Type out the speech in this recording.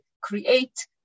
create